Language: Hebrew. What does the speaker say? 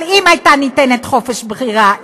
אבל אם היה ניתן חופש בחירה,